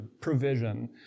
provision